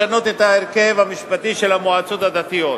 לשנות את ההרכב המשפטי של המועצות הדתיות,